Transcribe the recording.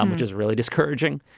um which is really discouraging.